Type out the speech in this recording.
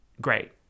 Great